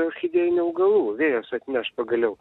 orchidėjinių augalų vėjas atneš pagaliau